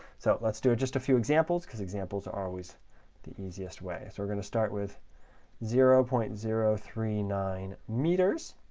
so let's do just a few examples, because examples are always the easiest way. so we're going to start with zero point and zero three nine meters,